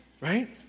right